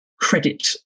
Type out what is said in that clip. credit